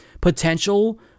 potential